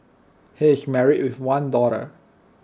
he is married with one daughter